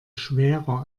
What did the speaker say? schwerer